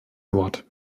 wort